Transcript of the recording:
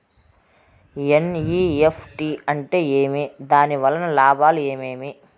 NEFT అంటే ఏమి? దాని వలన లాభాలు ఏమేమి